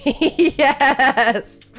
Yes